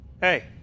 Hey